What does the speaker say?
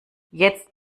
jetzt